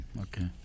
Okay